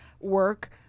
work